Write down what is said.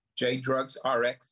jdrugsrx